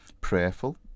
prayerful